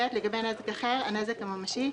(ב) לגבי נזק אחר הנזק הממשי,